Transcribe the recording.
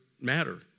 matter